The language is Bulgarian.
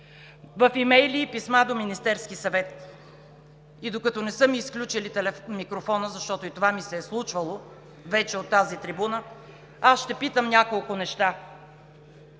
в имейли и писма до Министерския съвет. И докато не са ми изключили микрофона, защото и това ми се е случвало вече от тази трибуна, аз ще питам няколко неща.